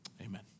Amen